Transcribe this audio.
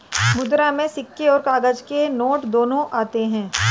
मुद्रा में सिक्के और काग़ज़ के नोट दोनों आते हैं